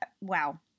wow